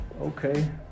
Okay